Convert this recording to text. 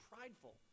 prideful